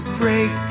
break